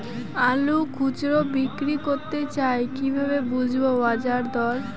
আলু খুচরো বিক্রি করতে চাই কিভাবে বুঝবো বাজার দর?